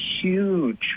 huge